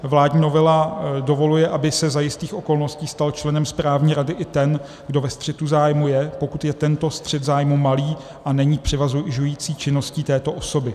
Vládní novela dovoluje, aby se za jistých okolností stal členem správní rady i ten, kdo ve střetu zájmů je, pokud je tento střet zájmů malý a není převažující činností této osoby.